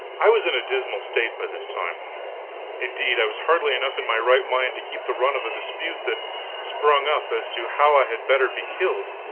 i was in a dismal state by this time indeed, i was hardly enough in my right mind to keep the run of a dispute that sprung up as to how i had better be killed,